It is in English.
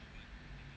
mm